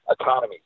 economy